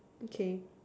okay